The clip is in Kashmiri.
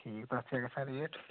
ٹھیک تتھ کیاہ گَژھان ریٹ